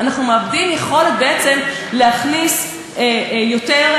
אנחנו מאבדים יכולת להכניס יותר